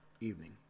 evening